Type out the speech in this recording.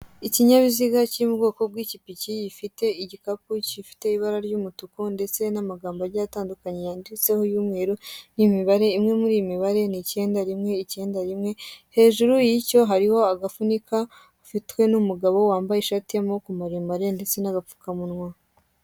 Ikinyabiziga kiri mu bwoko bw'ipikipiki ifite igikapu, gifite bara ry'umutuku, ndetse n'amagambo agiye atandukanye yanditseho y'umweru, n'imibare mwe muri iyo mibare ni icyenda rimwe icyenda rimwe, hejuru y'icyo hariho agapfunyika gafitwe n'umugabo wambaye ishati y'amaboko maremare ndetse n'agapfukamunwa.